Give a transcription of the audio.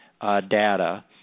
data